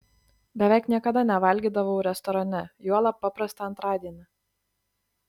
beveik niekada nevalgydavau restorane juolab paprastą antradienį